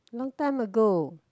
long time ago